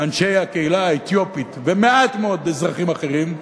אנשי הקהילה האתיופית, ומעט מאוד אזרחים אחרים,